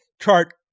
chart